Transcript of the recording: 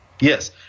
Yes